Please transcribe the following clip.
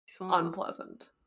unpleasant